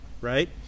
Right